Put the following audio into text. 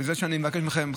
וזה מה שאני מבקש מכם,